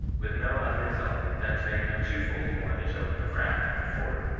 with no other result than to make them two-fold more the children of wrath than before.